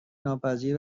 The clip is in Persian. ناپذیری